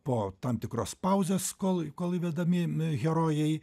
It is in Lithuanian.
po tam tikros pauzės kol kol įvedami herojai